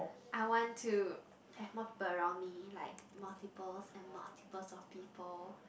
I want to have more people around me like multiples and multiples of people